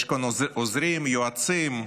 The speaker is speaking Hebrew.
יש כאן עוזרים, יועצים,